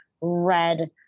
red